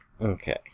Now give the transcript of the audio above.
Okay